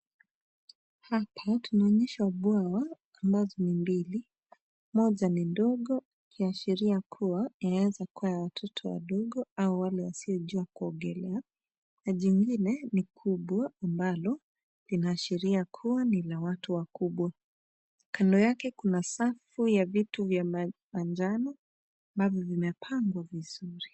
Hapa tunaonyeshwa bwawa ambazo ni mbili. Moja ni ndogo ikiashiria kuwa inaweza kuwa ya watoto wadogo au wale wasio jua kuogea na jingine ni kubwa ambalo linaashiria kuwa ni la watu wakubwa. Kando yake kuna safu ya vitu vya manjano ambavyo vimepangwa vizuri.